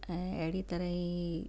ऐं अहिड़ी तरह ई